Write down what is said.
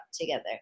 together